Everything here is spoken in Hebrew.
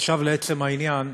עכשיו לעצם העניין.